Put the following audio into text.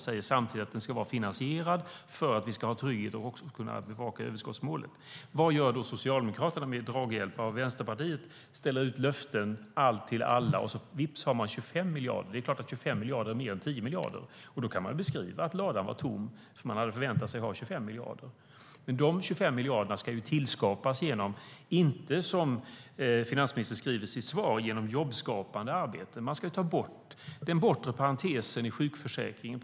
Vi säger samtidigt att den ska vara finansierad för att vi ska ha trygghet att också kunna bevaka överskottsmålet. Vad gör då Socialdemokraterna med draghjälp av Vänsterpartiet? De ställer ut löften om allt till alla, och vips har man 25 miljarder. Det är klart att 25 miljarder är mer än 10 miljarder. Då kan man ju beskriva det som att ladan var tom, om man hade förväntat sig att ha 25 miljarder. Men hur tillskapas de 25 miljarderna genom de jobbskapande åtgärder som finansministern talar om i sitt svar? Man ska ta bort den bortre parentesen i sjukförsäkringen.